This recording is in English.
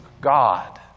God